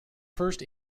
first